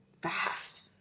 fast